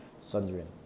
Sundering